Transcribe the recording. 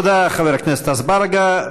תודה, חבר הכנסת אזברגה.